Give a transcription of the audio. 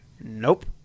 Nope